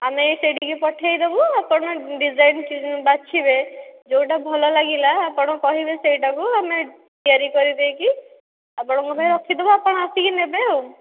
ଆମେ ସେଠିକି ପଠାଇଦେବୁ ଡିଜାଇନ ବାଛିବେ ଯେଉଁଟା ଭଲ ଲାଗିଲା ଆପଣ କହିବେ ସେହିଟାକୁ ଆମେ ତିଆରି କରିଦେଇକି ଆପଣଙ୍କ ପାଇଁ ରଖିଦେବୁ ଆପଣ ଆସିକି ନେବେ ଆଉ